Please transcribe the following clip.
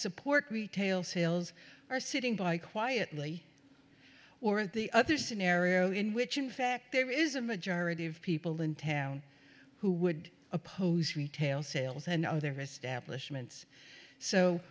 support retail sales are sitting by quietly or at the other scenario in which in fact there is a majority of people in town who would oppose retail sales and othe